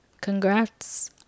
congrats